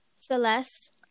Celeste